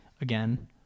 again